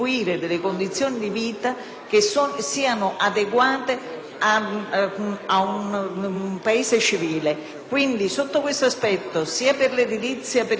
a un Paese civile. Sotto questo aspetto, sia per l'edilizia penitenziaria che riguarda le carceri minorili,